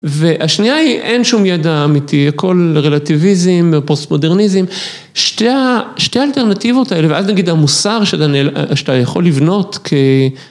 והשנייה היא, אין שום ידע אמיתי, הכל רלטיביזם, פוסט-מודרניזם, שתי האלטרנטיבות האלה ואז נגיד המוסר שאתה יכול לבנות כ...